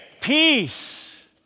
peace